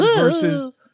versus